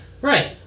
Right